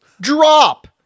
DROP